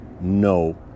no